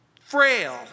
frail